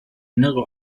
innere